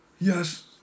Yes